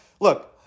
Look